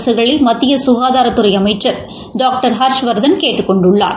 அரசுகளை மத்திய குகாதாரத்துறை அமைச்சர் டாக்டர் ஹர்ஷவர்தன் கேட்டுக் கொண்டுள்ளார்